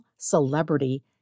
celebrity